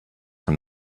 from